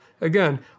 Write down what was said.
Again